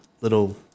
little